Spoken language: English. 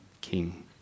King